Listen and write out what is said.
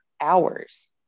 hours